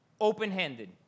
open-handed